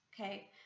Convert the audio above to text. okay